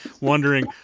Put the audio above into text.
wondering